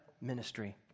ministry